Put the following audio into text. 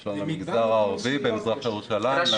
יש גם במגזר הערבי במזרח ירושלים.